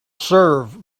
serve